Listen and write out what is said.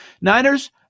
Niners